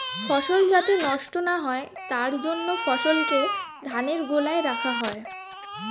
ফসল যাতে নষ্ট না হয় তার জন্য ফসলকে ধানের গোলায় রাখা হয়